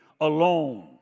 alone